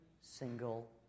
single